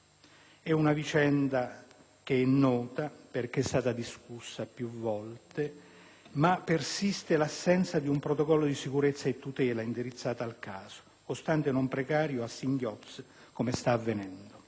Pino Masciari è nota perché è stata discussa più volte. Persiste però l'assenza di un protocollo di sicurezza e di tutela indirizzato al caso, costante e non precario, a singhiozzi, come sta avvenendo.